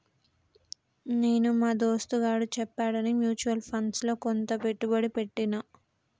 నేను మా దోస్తుగాడు చెప్పాడని మ్యూచువల్ ఫండ్స్ లో కొంత పెట్టుబడి పెట్టిన